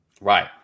Right